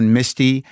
Misty